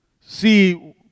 see